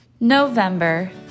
November